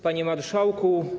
Panie Marszałku!